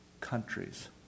countries